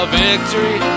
victory